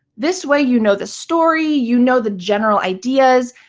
this way you know the story, you know the general ideas.